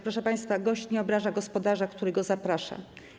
Proszę państwa, gość nie powinien obrażać gospodarza, który go zaprasza.